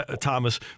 Thomas